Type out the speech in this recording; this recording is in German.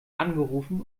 angerufen